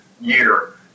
year